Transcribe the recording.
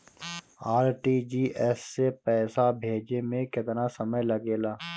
RTGS से पैसा भेजे में केतना समय लगे ला?